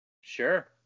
Sure